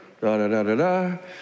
Da-da-da-da-da